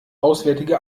auswärtige